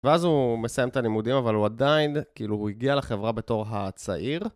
ואז הוא מסיים את הלימודים, אבל הוא עדיין, כאילו, הוא הגיע לחברה בתור הצעיר.